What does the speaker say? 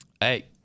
Hey